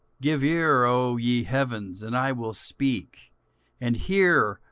give ear, o ye heavens, and i will speak and hear,